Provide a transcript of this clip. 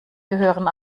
gehören